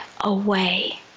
away